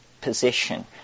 position